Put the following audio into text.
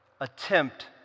Attempt